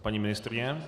Paní ministryně?